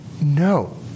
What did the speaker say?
No